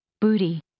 Booty